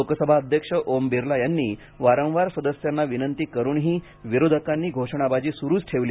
लोसभा अध्यक्ष ओम बिर्ला यांनी वारंवार सदस्यांना विनंती करूनही विरोधकानी घोषणाबाजी सुरूच ठेवली